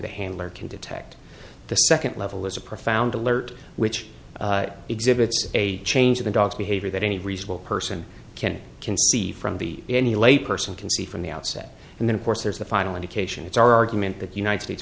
the handler can detect the second level is a profound alert which exhibits a change in the dog's behavior that any reasonable person can conceive from the any layperson can see from the outset and then of course there's the final indication it's our argument that united states